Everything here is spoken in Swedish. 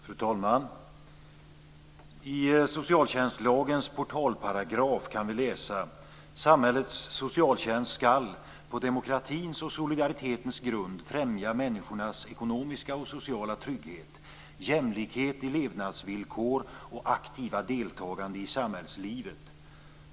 Fru talman! I socialtjänstlagens portalparagraf kan vi läsa: "Samhällets socialtjänst skall på demokratins och solidaritetens grund främja människornas ekonomiska och sociala trygghet, jämlikhet i levnadsvillkor och aktiva deltagande i samhällslivet.